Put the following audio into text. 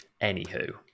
Anywho